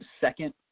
second